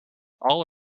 all